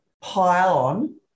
pile-on